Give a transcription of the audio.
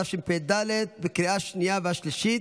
התשפ"ד 2023, לקריאה השנייה והשלישית.